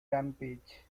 rampage